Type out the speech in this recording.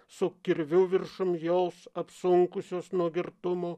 su kirviu viršum jos apsunkusios nuo girtumo